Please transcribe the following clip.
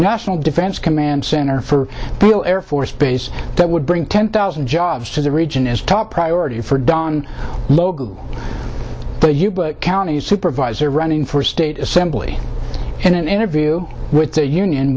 national defense command center for air force base that would bring ten thousand jobs to the region as a top priority for don logan do you book county supervisor running for state assembly and an interview with the union